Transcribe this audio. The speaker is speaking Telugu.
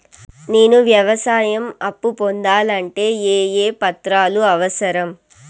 నేను వ్యవసాయం అప్పు పొందాలంటే ఏ ఏ పత్రాలు అవసరం?